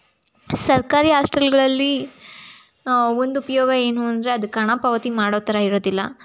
ಸರ್ಕಾರಿ ಹಾಸ್ಟೆಲ್ಗಳಲ್ಲಿ ಒಂದು ಉಪಯೋಗ ಏನು ಅಂದರೆ ಅದಕ್ಕೆ ಹಣ ಪಾವತಿ ಮಾಡೋ ಥರ ಇರೋದಿಲ್ಲ